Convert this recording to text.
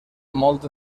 molt